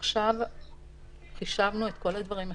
עכשיו חישבנו את כל הדברים מחדש.